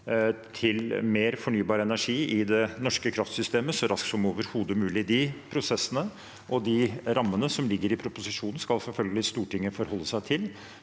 til mer fornybar energi i det norske kraftsystemet så raskt som overhodet mulig. De prosessene og rammene som ligger i proposisjonen, skal Stortinget selvfølgelig